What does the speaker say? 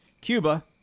Cuba